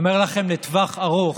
אני אומר לכם, לטווח ארוך,